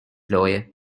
lawyer